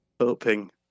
hoping